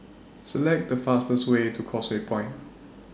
Select The fastest Way to Causeway Point